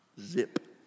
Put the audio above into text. Zip